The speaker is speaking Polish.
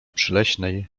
przyleśnej